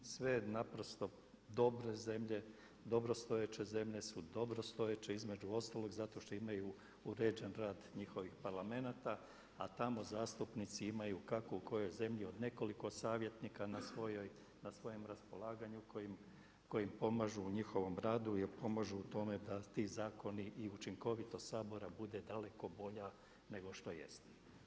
Sve naprosto dobre zemlje, dobrostojeće zemlje su dobrostojeće između ostalog zato što imaju uređen rad njihovih parlamenata a tamo zastupnici imaju kako u kojoj zemlji od nekoliko savjetnika na svojem raspolaganju koji im pomažu u njihovom radu jer pomažu u tome da ti zakoni i učinkovitost Sabora bude daleko bolja nego što jeste.